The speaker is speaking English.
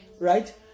right